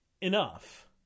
enough